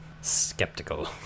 Skeptical